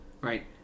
right